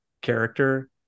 character